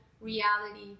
reality